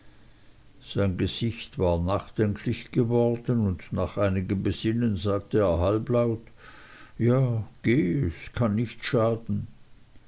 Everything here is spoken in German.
sein gesicht war nachdenklich geworden und nach einigem besinnen sagte er halblaut ja geh es kann nichts schaden